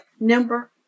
number